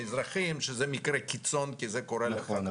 לאזרחים שזה מקרה קיצון כי זה קורה --- נכון,